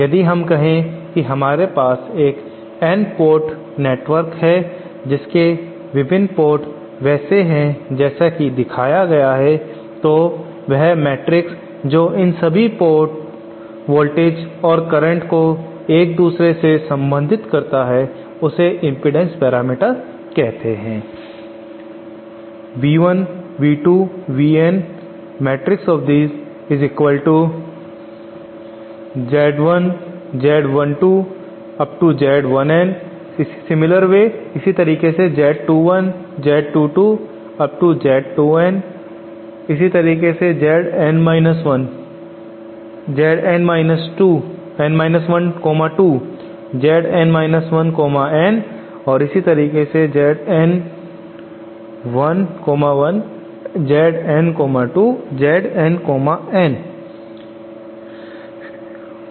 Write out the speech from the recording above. यदि हम कहें कि हमारे पास एक N पोर्ट नेटवर्क है जिसके विभिन्न पोर्ट वैसे हैं जैसा की दिखाया गया है तो वह मैट्रिक्स जो इन सभी वोल्टेज और करंट को एक दूसरे से संबंधित करती हैं उसे इम्पीडेन्स मैट्रिक्स कहते है